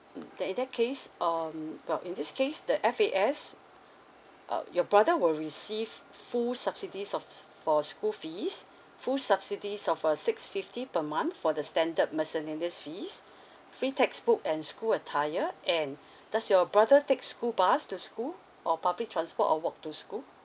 mm then in that case um well in this case the F_A_S uh your brother will receive full subsidies of for school fees full subsidies of uh six fifty per month for the standard miscellaneous fees free textbook and school attire and does your brother take school bus to school or public transport or walk to school